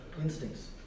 Instincts